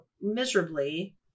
miserably